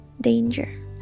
danger